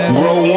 grow